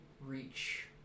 reach